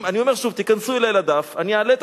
אני אומר שוב: תיכנסו אלי לדף ואני אעלה את